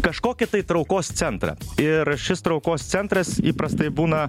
kažkokį tai traukos centrą ir šis traukos centras įprastai būna